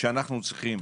שאנו צריכים.